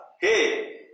Hey